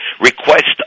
request